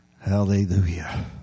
Hallelujah